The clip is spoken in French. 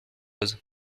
chose